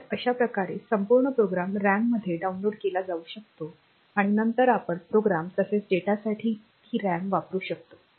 तर अशाप्रकारे संपूर्ण प्रोग्राम रॅम मध्ये डाउनलोड केला जाऊ शकतो आणि नंतर आपण प्रोग्राम तसेच डेटासाठी ती रॅम वापरू शकतो